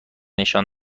نشان